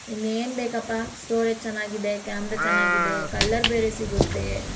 ಇನ್ನೇನು ಬೇಕಪ್ಪ ಸ್ಟೋರೇಜ್ ಚೆನ್ನಾಗಿದೆ ಕ್ಯಾಮ್ರ ಚೆನ್ನಾಗಿದೆ ಕಲ್ಲರ್ ಬೇರೆ ಸಿಗುತ್ತೆ